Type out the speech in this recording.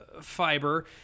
fiber